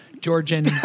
Georgian